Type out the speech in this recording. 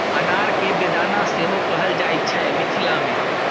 अनार केँ बेदाना सेहो कहल जाइ छै मिथिला मे